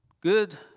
Good